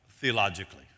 theologically